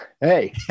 Hey